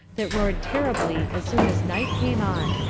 that roared terribly as soon as night came on,